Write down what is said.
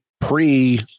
pre